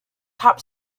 top